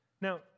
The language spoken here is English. Now